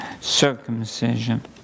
circumcision